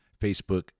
Facebook